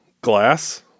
glass